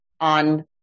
on